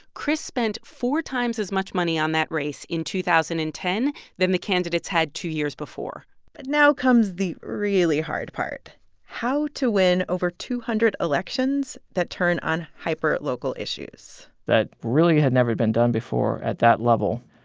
chris spent four times as much money on that race in two thousand and ten than the candidates had two years before but now comes the really hard part how to win over two hundred elections that turn on hyperlocal issues that really had never been done before at that level.